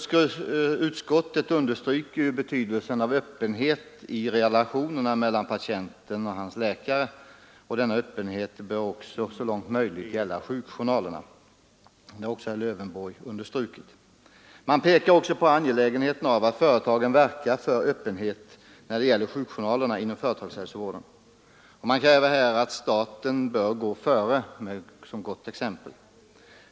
Utskottet understryker ju betydelsen av öppenhet i relationerna mellan patienten och hans läkare. Denna öppenhet bör också så långt möjligt gälla sjukjournalerna. Det har även herr Lövenborg understrukit. Man pekar i reservationen på angelägenheten av att företagen verkar för öppenhet när det gäller sjukjournalerna inom företagshälsovården och kräver att staten skall gå före med gott exempel.